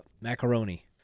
macaroni